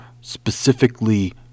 specifically